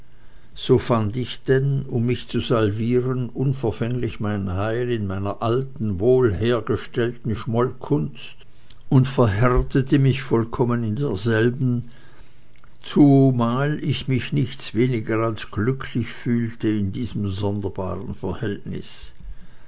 so fand ich denn um mich zu salvieren unverfänglich mein heil in meiner alten wohlhergestellten schmollkunst und verhärtete mich vollkommen in derselben zumal ich mich nichts weniger als glücklich fühlte in diesem sonderbaren verhältnis